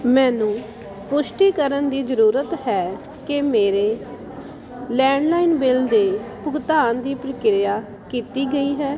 ਮੈਨੂੰ ਪੁਸ਼ਟੀ ਕਰਨ ਦੀ ਜ਼ਰੂਰਤ ਹੈ ਕੀ ਮੇਰੇ ਲੈਂਡਲਾਈਨ ਬਿੱਲ ਦੇ ਭੁਗਤਾਨ ਦੀ ਪ੍ਰਕਿਰਿਆ ਕੀਤੀ ਗਈ ਹੈ